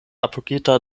apogita